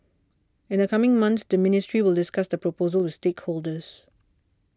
in the coming months the ministry will discuss the proposal with stakeholders